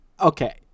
Okay